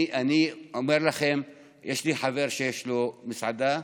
אני אומר לכם, יש לי חבר שיש לו מסעדה.